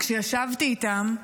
כשישבתי איתם,